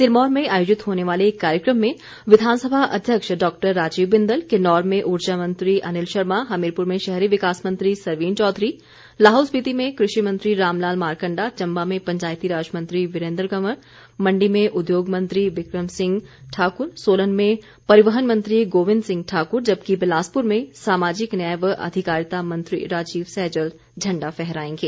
सिरमौर में आयोजित होने वाले कार्यक्रम में विधानसभा अध्यक्ष डॉक्टर राजीव बिंदल किन्नौर में ऊर्जा मंत्री अनिल शर्मा हमीरपुर में शहरी विकास मंत्री सरवीण चौधरी लाहौल स्पीति में कृषि मंत्री रामलाल मारकंडा चंबा में पंचायती राज मंत्री वीरेंद्र कवंर मंडी में उद्योग मंत्री विक्रम सिंह ठाकुर सोलन में परिवहन मंत्री गोविन्द सिंह ठाकूर जबकि बिलासपुर में सामाजिक न्याय व अधिकारिता मंत्री राजीव सहजल झंडा फहरायेंगे